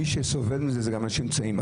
מי שסובל מזה זה גם האנשים שנמצאים שם,